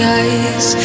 eyes